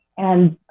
and